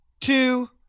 two